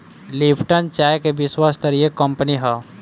Lipton चाय के विश्वस्तरीय कंपनी हअ